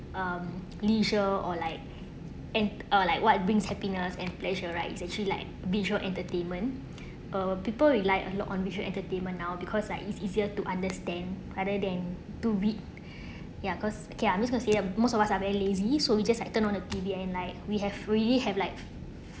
um leisure or like and uh like what brings happiness and pleasure right it's actually like visual entertainment uh people rely a lot on visual entertainment now because like it's easier to understand rather than to be ya cause okay I'm just gonna say uh most of us are very lazy so we just like turn on the T_V and like we have really have like